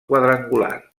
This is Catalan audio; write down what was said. quadrangular